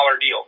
deal